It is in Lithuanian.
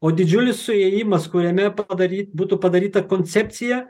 o didžiulis suėjimas kuriame padary būtų padaryta koncepcija